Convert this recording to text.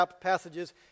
passages